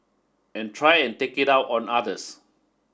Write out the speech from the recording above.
and try and take it out on others